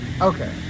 okay